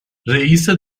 رئیس